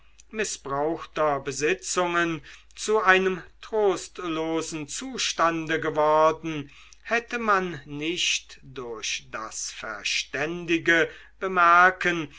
mißbrauchter besitzungen zu einem trostlosen zustande geworden hätte man nicht durch das verständige bemerken